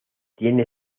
tiene